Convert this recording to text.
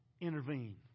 intervene